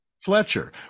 Fletcher